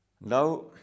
Now